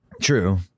True